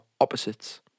opposites